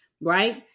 Right